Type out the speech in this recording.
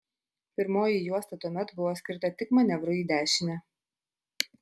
pirmoji juosta tuomet buvo skirta tik manevrui į dešinę